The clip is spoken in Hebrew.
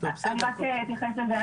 אני רק אתייחס לזה.